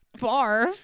Barf